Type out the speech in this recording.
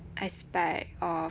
expect of